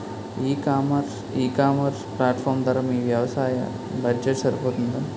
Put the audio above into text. ఈ ecommerce platform ధర మీ వ్యవసాయ బడ్జెట్ సరిపోతుందా?